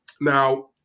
Now